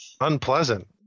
Unpleasant